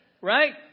right